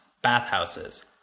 bathhouses